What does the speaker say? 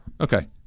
Okay